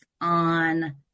on